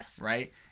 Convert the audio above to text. right